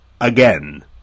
again